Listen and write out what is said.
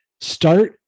start